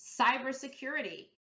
cybersecurity